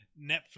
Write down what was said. Netflix